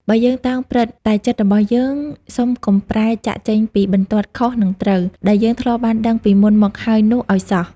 បើ យើងតោង "ព្រឹត្តិ" តែចិត្តរបស់យើង សុំកុំ "ប្រែ" ចាកចេញពីបន្ទាត់ "ខុស និង ត្រូវ" ដែលយើងធ្លាប់បានដឹងពីមុនមកហើយនោះឲ្យសោះ។